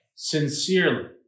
sincerely